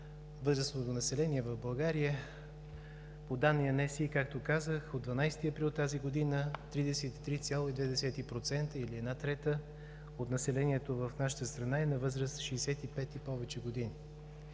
възрастното население в България. По данни на НСИ, както казах, от 12 април тази година 33,2% или една трета от населението в нашата страна е на възраст от 65 и повече години.